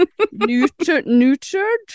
neutered